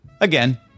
Again